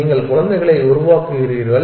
நீங்கள் குழந்தைகளை உருவாக்குகிறீர்கள்